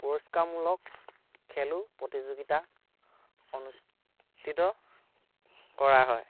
পুৰস্কাৰমূলক খেলো প্ৰতিযোগিতা অনুষ্ঠিত কৰা হয়